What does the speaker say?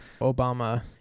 Obama